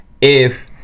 if-